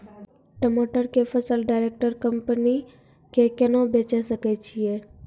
टमाटर के फसल डायरेक्ट कंपनी के केना बेचे सकय छियै?